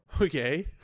Okay